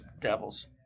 devils